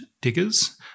diggers